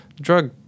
drug